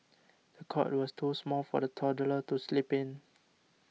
the cot was too small for the toddler to sleep in